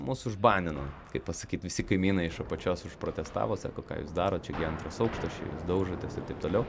mus užbanino kaip pasakyt visi kaimynai iš apačios užprotestavo sako ką jūs darot čia gi antras aukštas daužotės toliau